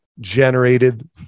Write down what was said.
generated